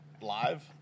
live